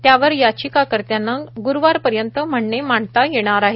त्यावर याचिकाकत्त्यांना ग्रुवारपर्यंत म्हणणे मांडता येणार आहे